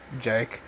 Jake